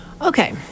Okay